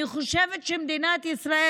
אני חושבת שמדינת ישראל,